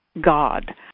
God